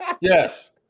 Yes